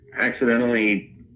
accidentally